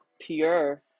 pure